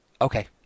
Okay